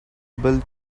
build